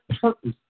purpose